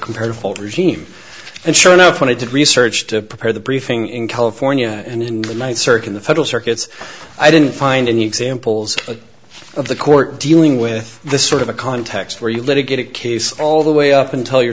comparable regime and sure enough wanted to research to prepare the briefing in california and in the ninth circuit the federal circuit's i didn't find any examples of the court dealing with this sort of a context where you let it get a case all the way up until you're